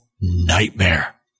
Nightmare